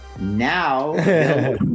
Now